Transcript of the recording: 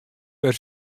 wer